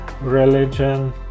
religion